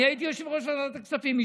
אני הייתי יושב-ראש ועדת הכספים,